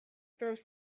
throws